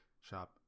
shop